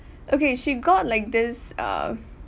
okay she got like this uh